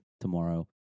tomorrow